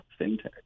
fintech